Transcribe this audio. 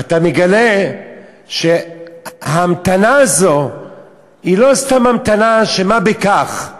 אתה מגלה שההמתנה הזאת היא לא סתם המתנה של מה בכך,